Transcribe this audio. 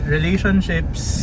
Relationships